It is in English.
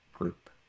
group